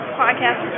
podcast